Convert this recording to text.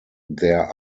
there